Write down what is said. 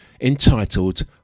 entitled